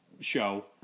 show